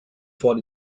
for